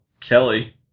Kelly